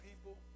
people